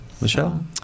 michelle